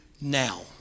now